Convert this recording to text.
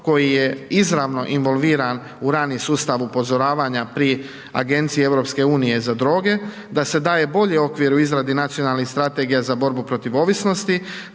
koji je izravno involviran u ranom sustavu upozoravanja pri Agenciji EU za droge, da se daje bolji okvir u izradi nacionalnih strategija za borbu protiv ovisnosti,